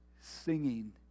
singing